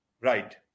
Right